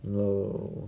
no